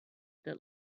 that